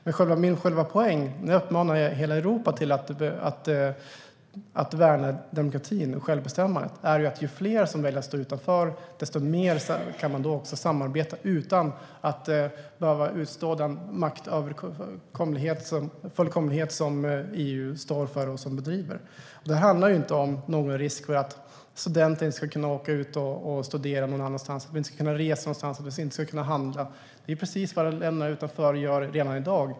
Men min poäng med att uppmana hela Europa att värna demokratin och självbestämmandet är att ju fler som väljer att stå utanför, desto mer kan man samarbeta utan att behöva utstå EU:s maktfullkomlighet. Det handlar inte om att det skulle finnas någon risk för att studenter inte ska kunna studera någon annanstans, om att vi inte ska resa någonstans och att om att vi inte ska kunna handla. Det är precis det som man gör i länderna utanför redan i dag.